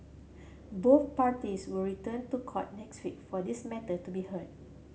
both parties will return to court next week for this matter to be heard